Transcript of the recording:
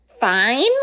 fine